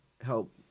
help